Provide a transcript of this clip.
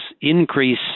increase